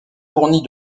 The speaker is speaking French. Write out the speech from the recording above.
fourni